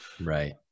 right